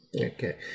Okay